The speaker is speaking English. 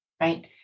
right